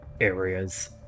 areas